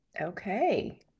okay